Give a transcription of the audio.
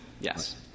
yes